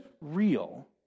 real